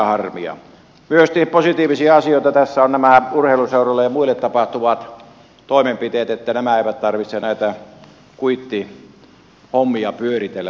myös positiivisia asioita tässä ovat nämä urheiluseuroille ja muille tapahtuvat toimenpiteet että näiden ei tarvitse näitä kuittihommia pyöritellä näissä asioissa